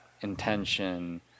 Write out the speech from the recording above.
intention